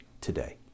today